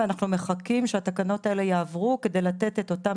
אנחנו מחכים שהתקנות האלה יעברו כדי לתת את אותם